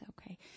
okay